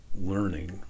learning